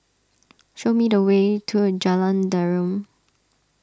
show me the way to Jalan Derum